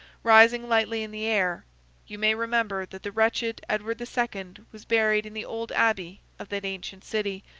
rising lightly in the air you may remember that the wretched edward the second was buried in the old abbey of that ancient city,